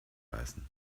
reißen